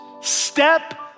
step